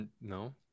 No